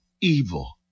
evil